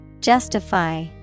Justify